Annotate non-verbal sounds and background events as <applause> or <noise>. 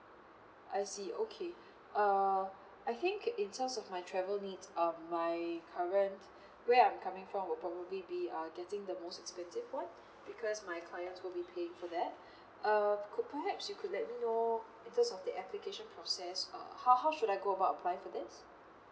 I see okay <breath> uh I think in terms of my travel needs um my current <breath> where I'm coming from will probably be uh getting the most expensive one because my clients will be paying for that <breath> uh could perhaps you could let me know in terms of the application process uh how how should I go about applying for this